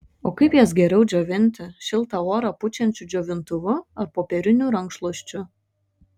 o kaip jas geriau džiovinti šiltą orą pučiančiu džiovintuvu ar popieriniu rankšluosčiu